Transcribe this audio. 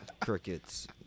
Crickets